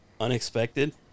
unexpected